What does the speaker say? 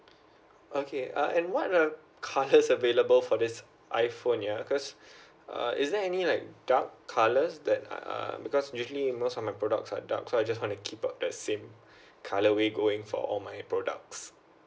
okay uh and what are the colors available for this iPhone ya cause uh is there any like dark colors that um because usually most of my product are dark so I just want to keep the same colour we going for all my products